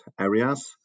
areas